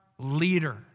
Leader